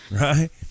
right